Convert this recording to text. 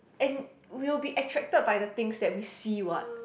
and we'll be attracted by the things that we see what